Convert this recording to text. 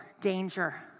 danger